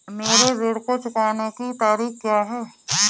मेरे ऋण को चुकाने की तारीख़ क्या है?